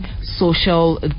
social